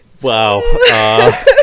Wow